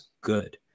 good